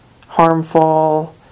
harmful